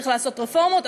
צריך לעשות רפורמות,